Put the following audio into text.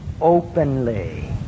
openly